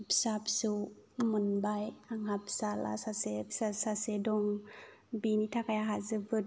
फिसा फिसौ मोनबाय आंहा फिसाज्ला सासे फिसाजो सासे दं बेनि थाखाय आंहा जोबोद